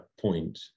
point